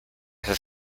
have